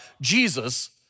Jesus